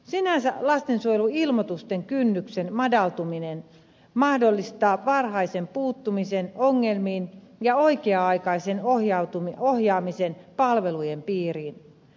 sinänsä lastensuojeluilmoitusten kynnyksen madaltuminen mahdollistaa varhaisen puuttumisen ongelmiin ja oikea aikaisen ohjaamisen palvelujen piiriin